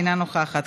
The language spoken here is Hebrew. אינה נוכחת,